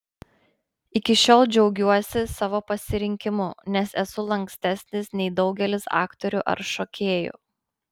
iki šiol džiaugiuosi savo pasirinkimu nes esu lankstesnis nei daugelis aktorių ar šokėjų